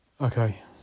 Okay